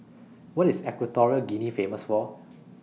What IS Equatorial Guinea Famous For